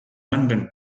london